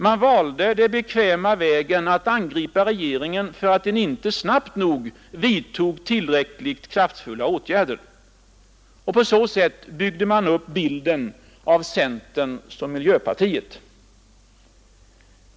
Man valde den bekväma vägen att angripa regeringen för att den inte snabbt nog vidtagit tillräckligt kraftfulla åtgärder. På så sätt byggde man upp bilden av centern som miljöpartiet.